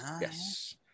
Yes